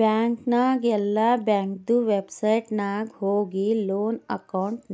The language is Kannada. ಬ್ಯಾಂಕ್ ನಾಗ್ ಇಲ್ಲಾ ಬ್ಯಾಂಕ್ದು ವೆಬ್ಸೈಟ್ ನಾಗ್ ಹೋಗಿ ಲೋನ್ ಅಕೌಂಟ್